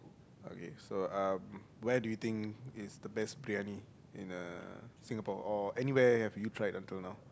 okay so um where do you think is the best Briyani in uh Singapore or anywhere have you tried until now